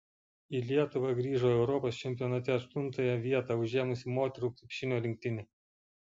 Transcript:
į lietuvą grįžo europos čempionate aštuntąją vietą užėmusi moterų krepšinio rinktinė